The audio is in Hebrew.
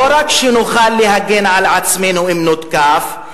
לא רק שנוכל להגן על עצמנו אם נותקף,